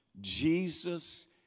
Jesus